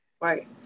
Right